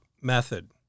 method